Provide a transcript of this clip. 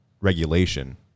regulation